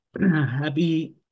happy